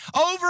Over